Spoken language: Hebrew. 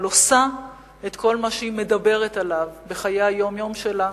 אבל עושה את כל מה שהיא מדברת עליו בחיי היום-יום שלה,